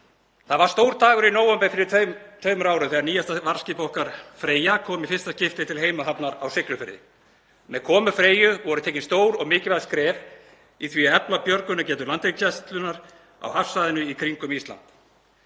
Það var stór dagur í nóvember fyrir tveimur árum þegar nýjasta varðskip okkar, Freyja, kom í fyrsta skipti til heimahafnar á Siglufirði. Með komu Freyju voru stigin stór og mikilvæg skref í því að efla björgunargetu Landhelgisgæslunnar á hafsvæðinu í kringum Ísland.